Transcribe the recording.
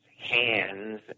hands